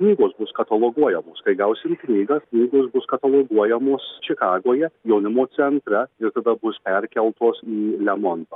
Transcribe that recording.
knygos bus kataloguojamos kai gausim knygas knygos bus kataloguojamos čikagoje jaunimo centre ir tada bus perkeltos į lemontą